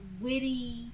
witty